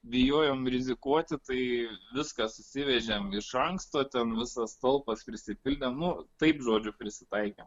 bijojom rizikuoti tai viskas išsivežėm iš anksto ten visas talpas prisipildėm nu taip žodžiu prisitaikėm